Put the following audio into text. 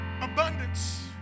Abundance